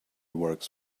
works